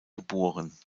geboren